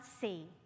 see